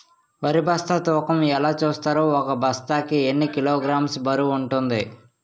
వరి బస్తా తూకం ఎలా చూస్తారు? ఒక బస్తా కి ఎన్ని కిలోగ్రామ్స్ బరువు వుంటుంది?